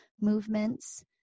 movements